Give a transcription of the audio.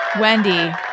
Wendy